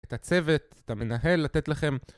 את הצוות, את המנהל לתת לכם